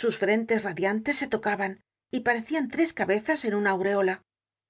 sus frentes radiantes se tocaban y parecian tres cabezas en una auréola